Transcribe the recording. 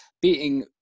beating